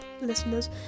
listeners